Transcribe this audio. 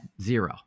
zero